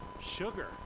sugar